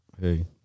hey